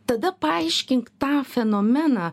tada paaiškink tą fenomeną